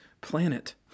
planet